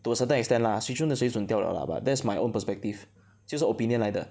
to a certain extent lah Swee-Choon 的水准掉了 lah but that's my own perspective 就是 opinion 来的